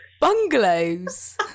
bungalows